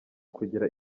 kugira